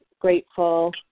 grateful